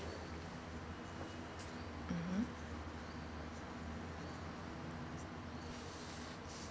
mmhmm